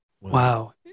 Wow